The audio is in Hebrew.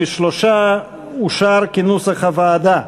43. אושר כנוסח הוועדה.